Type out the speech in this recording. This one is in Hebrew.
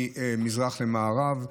ממזרח למערב.